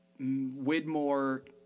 Widmore